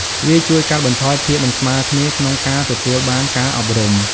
វាជួយកាត់បន្ថយភាពមិនស្មើគ្នាក្នុងការទទួលបានការអប់រំ។